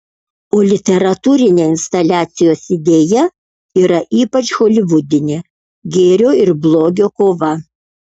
o literatūrinė instaliacijos idėja yra ypač holivudinė gėrio ir blogio kova